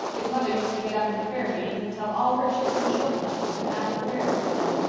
his mother used to get up in prayer-meeting and tell all her children's shortcomings and ask prayers for them.